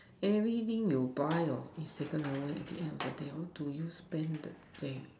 everything you buy or is taken away at the end of the day how do you spend the day